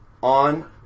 on